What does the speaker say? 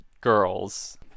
girls